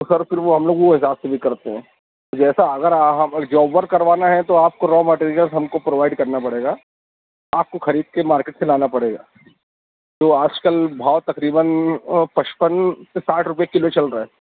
تو سر پھر ہم لوگ وہ حساب سے بھی کرتے ہیں جیسا اگر آپ جاب ورک کروانا ہے تو آپ کو را مٹیریل ہم کو پرووائیڈ کرنا پڑے گا آپ کو خرید کے مارکیٹ سے لانا پڑے گا تو آج کل بھاؤ تقریباً پچپن سے ساٹھ روپے کلو چل رہا ہے